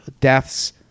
deaths